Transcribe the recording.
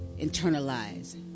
internalize